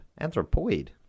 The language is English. Anthropoid